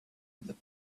that